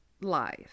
live